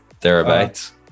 thereabouts